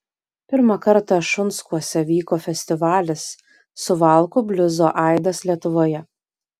pirmą kartą šunskuose vyko festivalis suvalkų bliuzo aidas lietuvoje